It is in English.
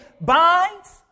binds